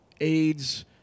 AIDS